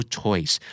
choice